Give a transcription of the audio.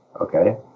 Okay